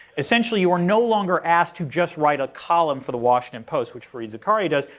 essentially you are no longer asked to just write a column for the washington post, which fareed zakaria does,